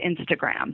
Instagram